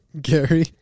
Gary